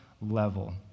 level